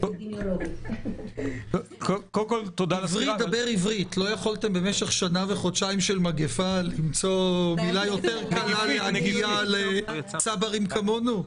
לא יכולתם במשך שנה וחודשים מילה יותר קלה לצברים כמונו?